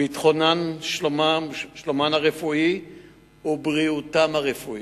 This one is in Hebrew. ביטחונן, שלומן הרפואי ובריאותן הרפואית.